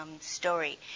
story